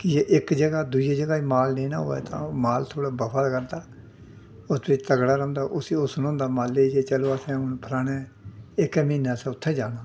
की जे इक ज'गा दा दूइयै ज'गा गी माल लेना होऐ तां ओह् माल थोह्ड़ा बफा ते करदा उत्त बिच्च तगड़ा रौंह्दा उस्सी हुसन होंदा माल्लै गी कि चलो असें फलानै एह्के म्हीनै असें उत्थै जाना